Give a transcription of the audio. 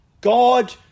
God